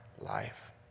life